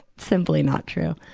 simply not true.